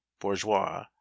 Bourgeois